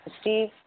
Steve